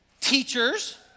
Teachers